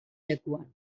lekuan